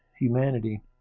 humanity